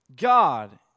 God